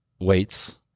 Weights